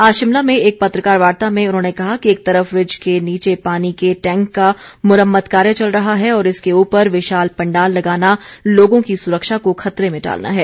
आज शिमला में एक पत्रकार वार्ता में उन्होंने कहा कि एक तरफ रिज के नीचे पानी के टैंक का मुरम्मत कार्य चल रहा है और इसके ऊपर विशाल पंडाल लगाना लोगों की सुरक्षा को खतरे में डालना है